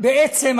בעצם,